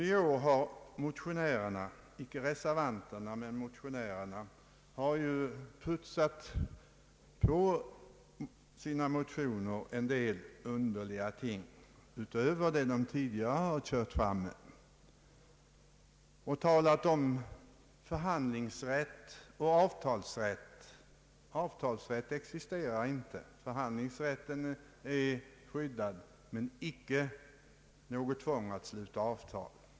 I år har motionärerna men icke reservanterna lagt till en del underliga ting utöver vad de tidigare kört fram med. Det talas nu om förhandlingsrätt och avtalsrätt. Avtalsrätt existerar inte. Förhandlingsrätten är skyddad, men det föreligger icke något tvång att sluta avtal.